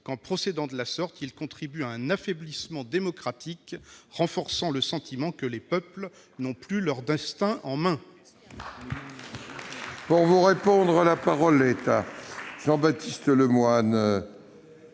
qu'en procédant de la sorte il contribue à un affaiblissement démocratique renforçant le sentiment que les peuples n'ont plus leur destin en main